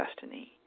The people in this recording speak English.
destiny